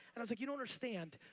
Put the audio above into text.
and i was like, you don't understand.